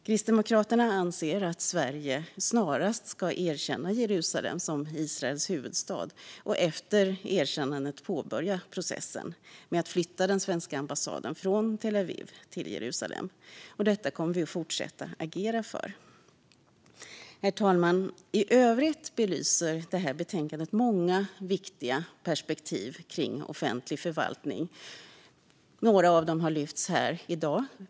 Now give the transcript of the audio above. Kristdemokraterna anser att Sverige snarast ska erkänna Jerusalem som Israels huvudstad och efter erkännandet påbörja processen med att flytta den svenska ambassaden från Tel Aviv till Jerusalem. Detta kommer vi att fortsätta att agera för. Herr talman! I övrigt belyser detta betänkande många viktiga perspektiv kring offentlig förvaltning. Några av dem har lyfts upp här i dag.